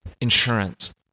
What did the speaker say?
insurance